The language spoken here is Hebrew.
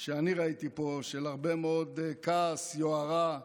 של מה שאני ראיתי פה, של הרבה מאוד כעס, יוהרה,